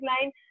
line